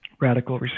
radical